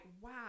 wow